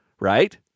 right